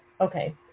okay